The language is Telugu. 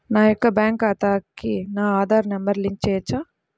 నా యొక్క బ్యాంక్ ఖాతాకి నా ఆధార్ నంబర్ లింక్ చేయవచ్చా?